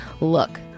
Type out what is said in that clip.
Look